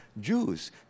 Jews